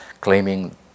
claiming